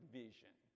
vision